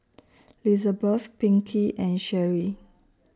Lizabeth Pinkey and Sherri